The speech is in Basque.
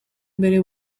bere